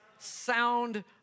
sound